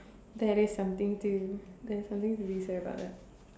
that is something to that is something to be sorry about that